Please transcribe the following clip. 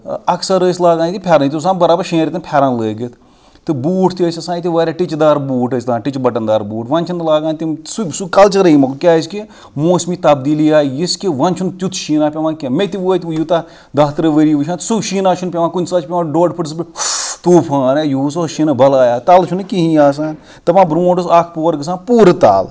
اکثر ٲسۍ لاگان ییٚتہِ پھیٚرنٕے ییٚتہِ اوس آسان برابر شٮ۪ن رٮ۪تَن پھیٚرَن لٲگِتھ تہٕ بوٗٹھ تہِ ٲسۍ آسان ییٚتہِ واریاہ ٹِچہِ دار بوٗٹھ ٲسۍ ٹِچہِ بَٹَن دار بوٗٹھ وۄنۍ چھِنہٕ لاگان تِم سُہ سُہ کَلچَرٕے مۄک کیازکہِ موسمِی تبدیٖلی آیہِ یِژھ کہِ وۄنۍ چھُنہٕ تیُتھ شیٖنہ پیٚوان کینٛہہ مےٚ تہِ وٲتۍ وٕ یوٗتاہ دَہ تٕرٛہ ؤری وٕچھان سُہ شیٖنہ چھُنہٕ پیٚوان کُنہِ ساتہٕ چھِ پیٚوان ڈۄڑ فٕٹہٕ زٕ فٕٹہٕ طوٗفان یعنی یوٚہُس اوس شیٖنہٕ بَلایۍ تَلہِ چھُنہٕ کِہیٖنۍ آسان دَپان بروںٛٹھ اوس اَکھ پور گژھان پوٗرٕ تَل